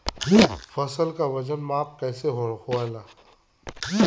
फसल का वजन माप कैसे होखेला?